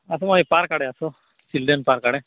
ଆପଣ ଏଇ ପାର୍କ ଆଡ଼େ ଆସ ଚିଲଡ୍ରେନ୍ ପାର୍କ ଆଡ଼େ